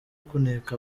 kuneka